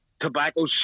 tobacco